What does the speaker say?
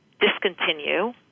discontinue